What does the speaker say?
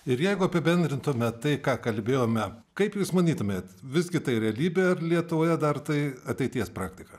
ir jeigu apibendrintume tai ką kalbėjome kaip jūs manytumėt visgi tai realybė lietuvoje dar tai ateities praktika